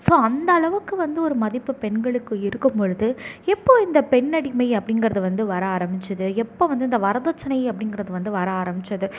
so அந்தளவுக்கு வந்து ஒரு மதிப்பு பெண்களுக்கு இருக்கும்பொழுது எப்போது இந்த பெண்ணடிமை அப்படிங்கிறது வந்து வர ஆரம்பிச்சது எப்போ வந்து இந்த வரதட்சணை அப்படிங்கிறது வந்து வர ஆரம்பிச்சது